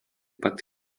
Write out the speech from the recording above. pat